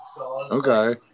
Okay